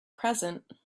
present